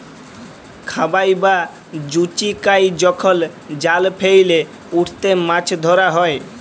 খাবাই বা জুচিকাই যখল জাল ফেইলে উটতে মাছ ধরা হ্যয়